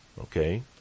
Okay